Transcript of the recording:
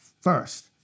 first